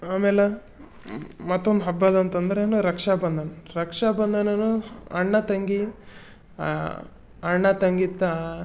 ಆಮೇಲೆ ಮತ್ತೊಂದು ಹಬ್ಬದ ಅಂತಂದ್ರೇನು ರಕ್ಷಾಬಂಧನ ರಕ್ಷಾಬಂಧನನೂ ಅಣ್ಣ ತಂಗಿ ಅಣ್ಣ ತಂಗಿ ತಾ